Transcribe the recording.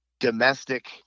domestic